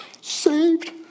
saved